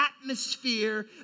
atmosphere